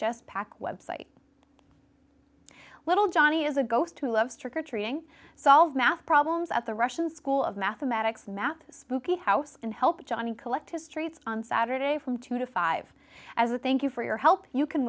just pack website little johnny is a ghost who loves trick or treating solve math problems at the russian school of mathematics math spooky house and helped johnny collect his traits on saturday from two to five as a thank you for your help you can